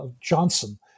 Johnson